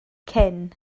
cyn